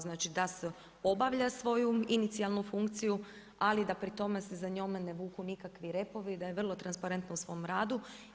Znači, da obavlja svoju inicijalnu funkciju, ali da pri tome se za njome ne vuku nikakvi repovi, da je vrlo transparentna u svom radu.